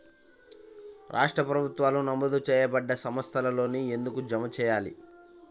రాష్ట్ర ప్రభుత్వాలు నమోదు చేయబడ్డ సంస్థలలోనే ఎందుకు జమ చెయ్యాలి?